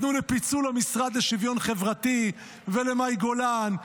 נתנו לפיצול המשרד לשוויון חברתי ולמאי גולן,